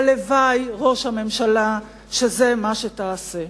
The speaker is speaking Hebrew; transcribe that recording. הלוואי, ראש הממשלה, שזה מה שתעשה.